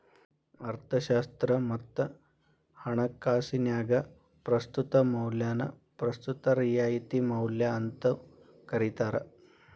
ಅರ್ಥಶಾಸ್ತ್ರ ಮತ್ತ ಹಣಕಾಸಿನ್ಯಾಗ ಪ್ರಸ್ತುತ ಮೌಲ್ಯನ ಪ್ರಸ್ತುತ ರಿಯಾಯಿತಿ ಮೌಲ್ಯ ಅಂತೂ ಕರಿತಾರ